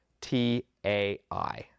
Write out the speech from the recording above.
T-A-I